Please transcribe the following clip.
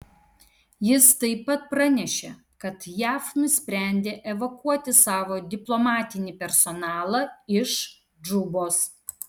jis taip pat pranešė kad jav nusprendė evakuoti savo diplomatinį personalą iš džubos